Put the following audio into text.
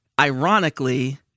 Ironically